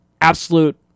absolute